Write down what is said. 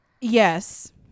yes